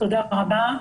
תודה רבה.